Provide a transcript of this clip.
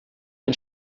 den